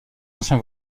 ancien